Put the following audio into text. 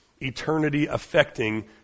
eternity-affecting